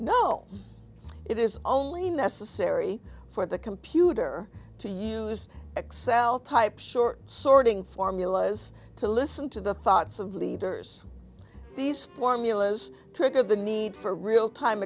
no it is only necessary for the computer to use excel type short sorting formulas to listen to the thoughts of leaders these formulas trick of the need for real time